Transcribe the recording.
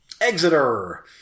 Exeter